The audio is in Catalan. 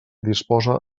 disposa